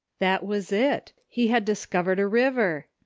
that was it! he had discovered a river!